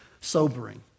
sobering